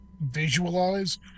visualize